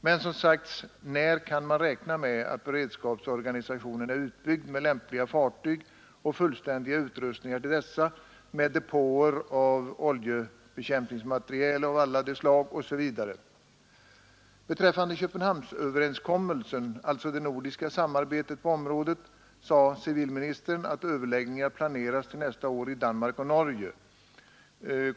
Men, som sagt: När kan man räkna med att beredskapsorganisationen är utbyggd med lämpliga fartyg och fullständiga utrustningar till dessa, med depåer av oljebekämpningsmateriel av alla slag, osv.? Beträffande Köpenhamnsöverenskommelsen alltså det nordiska samarbetet på området — sade civilministern att överläggningar planeras till nästa år i Danmark och Norge.